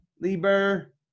Lieber